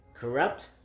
corrupt